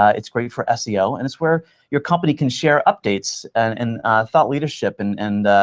ah it's great for seo, and it's where your company can share updates and and thought leadership. and and